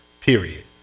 period